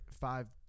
five